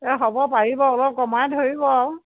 এই হ'ব পাৰিব অলপ কমাই ধৰিব আৰু